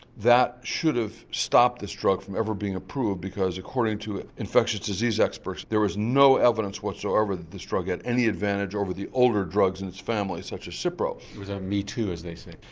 that should have stopped this drug from every being approved because according to infectious disease experts there was no evidence whatsoever that this drug had any advantage over the older drugs in its family such as cipro. was that a me too as they say?